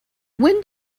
when